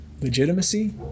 legitimacy